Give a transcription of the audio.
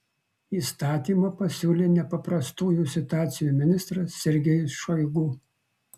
įstatymą pasiūlė nepaprastųjų situacijų ministras sergejus šoigu